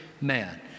man